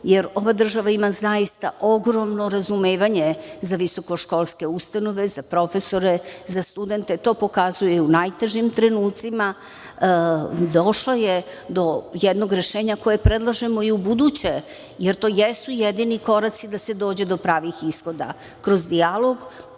jer ova država ima zaista ogromno razumevanje za visokoškolske ustanove, za profesore, za studente, to pokazuje u najtežim trenucima. Došlo je do jednog rešenja koje predlažemo i ubuduće, jer to jesu jedini koraci da se dođe do pravih ishoda, kroz dijalog,